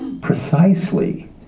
precisely